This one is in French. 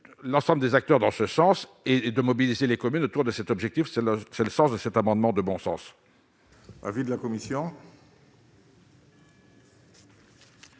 l'ensemble des acteurs dans ce sens et et de mobiliser les communes autour de cet objectif c'est le c'est le sens de cet amendement de bon sens.